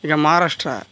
ಈಗ ಮಹಾರಾಷ್ಟ್ರ